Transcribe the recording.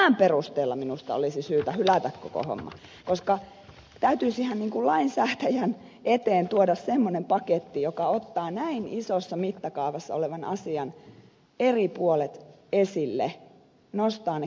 jo tämän perusteella minusta olisi syytä hylätä koko homma koska täytyisihän lainsäätäjän eteen tuoda semmoinen paketti joka ottaa näin isossa mittakaavassa olevan asian eri puolet esille nostaa ne keskusteluun